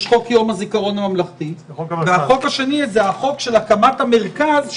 יש חוק יום הזיכרון הממלכתי והחוק השני זה החוק של הקמת המרכז,